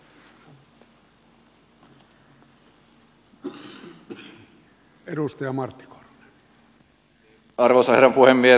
arvoisa herra puhemies